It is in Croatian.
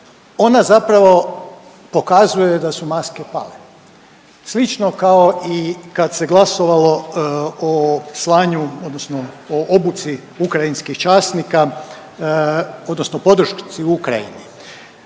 ona zapravo pokazuje da su maske pale. Slično kao i kad se glasovalo o slanju, odnosno o obuci ukrajinskih časnika, odnosno podršci Ukrajini.